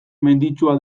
menditsua